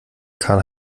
karl